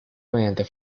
mediante